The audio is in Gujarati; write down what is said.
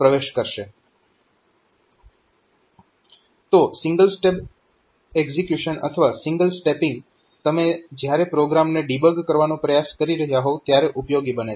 તો સિંગલ સ્ટેપ એક્ઝીક્યુશન અથવા સિંગલ સ્ટેપિંગ તમે જયારે પ્રોગ્રામને ડીબગ કરવાનો પ્રયાસ કરી રહ્યાં હોવ ત્યારે ઉપયોગી બને છે